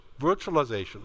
virtualization